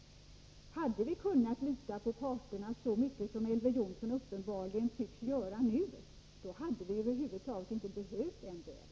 Om vi kunnat lita på parterna så mycket som Elver Jonsson uppenbarligen tycks göra nu, hade vi över huvud taget inte behövt MBL.